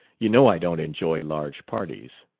you know i don't enjoy large parties.